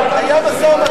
היה משא-ומתן,